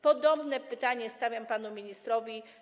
Podobne pytanie stawiam panu ministrowi.